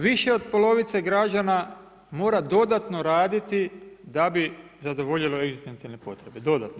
Više od polovice građana mora dodatno raditi da bi zadovoljili egzistencijalne potrebe, dodatno.